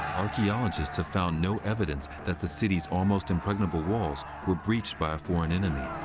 archaeologists have found no evidence that the city's almost impregnable walls were breached by a foreign enemy.